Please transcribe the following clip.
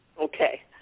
Okay